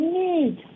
need